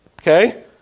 Okay